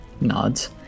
nods